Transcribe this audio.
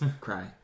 Cry